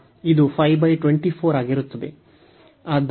ಆದ್ದರಿಂದ 524 ನಾವು ಇಲ್ಲಿ ಸೇರಿಸಬೇಕಾಗಿದೆ